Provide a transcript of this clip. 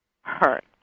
hurt